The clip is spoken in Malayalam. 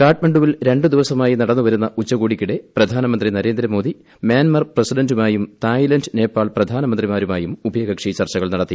കാഠ്മണ്ഡുവിൽ ര ു ദിവസമായി നടന്നു വരുന്ന ഉച്ചകോടിക്കിടെ പ്രധാനമന്ത്രി നരേന്ദ്രമോദി മ്യാൻമർ പ്രസിഡന്റുറമായും തായ്ലാന്റ് നേപ്പാൾ പ്രധാനമന്ത്രിമാരുമായും ഉഭയകക്ഷി ചർച്ചകൾ നടത്തി